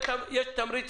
יש תמריץ